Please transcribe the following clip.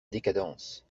décadence